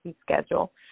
schedule